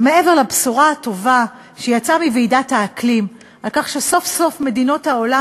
מעבר לבשורה הטובה שיצאה מוועידת האקלים על כך שסוף-סוף מדינות העולם